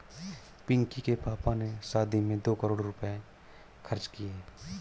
पिंकी के पापा ने शादी में दो करोड़ रुपए खर्च किए